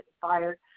fired